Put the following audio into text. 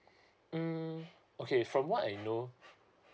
mm okay from what I've known